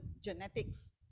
genetics